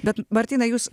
bet martynai jūs